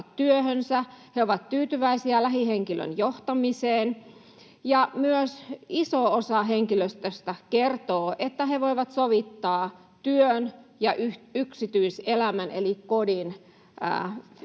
työhönsä, he ovat tyytyväisiä lähihenkilön johtamiseen. Ja iso osa henkilöstöstä myös kertoo, että he voivat sovittaa työn ja yksityiselämän eli kodin yhteen.